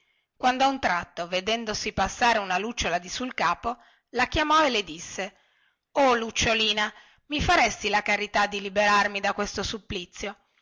quando a un tratto vedendosi passare una lucciola di sul capo la chiamò e le disse o lucciolina mi faresti la carità di liberarmi da questo supplizio